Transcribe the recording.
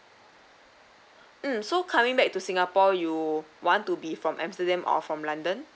um so coming back to singapore you want to be from amsterdam or from london